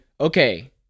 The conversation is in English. okay